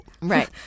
Right